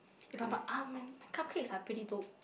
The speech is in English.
eh but but uh my my cupcakes are pretty dope